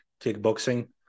kickboxing